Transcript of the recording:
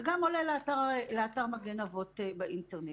וגם עולה לאתר "מגן אבות ואימהות" באינטרנט.